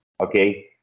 okay